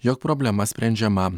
jog problema sprendžiama